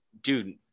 dude